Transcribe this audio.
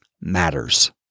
matters